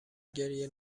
گریه